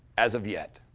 as of yet.